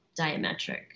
diametric